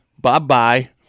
bye-bye